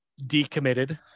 decommitted